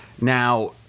Now